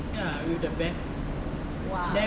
!wow!